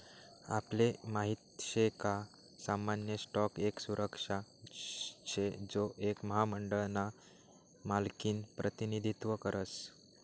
आपले माहित शे का सामान्य स्टॉक एक सुरक्षा शे जो एक महामंडळ ना मालकिनं प्रतिनिधित्व करस